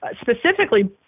specifically